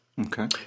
Okay